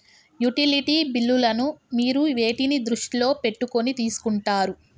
Utility బిల్లులను మీరు వేటిని దృష్టిలో పెట్టుకొని తీసుకుంటారు?